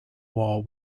wall